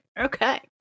Okay